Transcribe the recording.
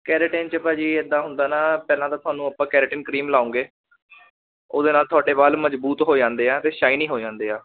keratin 'ਚ ਭਾਅ ਜੀ ਇੱਦਾਂ ਹੁੰਦਾ ਨਾ ਪਹਿਲਾਂ ਤਾਂ ਤੁਹਾਨੂੰ ਆਪਾਂ ਕੈਰੇਟਨ ਕ੍ਰੀਮ ਲਾਉਂਗੇ ਉਹਦੇ ਨਾਲ ਤੁਹਾਡੇ ਵਾਲ ਮਜਬੂਤ ਹੋ ਜਾਂਦੇ ਆ ਅਤੇ ਸ਼ਾਈਨੀ ਹੋ ਜਾਂਦੇ ਆ